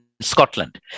Scotland